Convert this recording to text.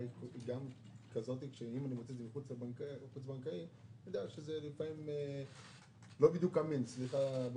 כי אם זה חוץ בנקאי לפעמים זה לא בדיוק אמין.